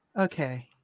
okay